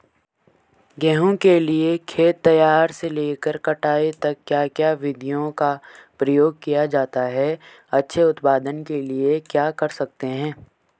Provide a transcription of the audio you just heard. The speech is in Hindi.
गेहूँ के लिए खेत तैयार से लेकर कटाई तक क्या क्या विधियों का प्रयोग किया जाता है अच्छे उत्पादन के लिए क्या कर सकते हैं?